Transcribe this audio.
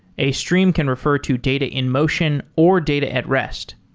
a stream can refer to data in motion or data at rest.